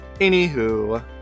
Anywho